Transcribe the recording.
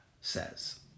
says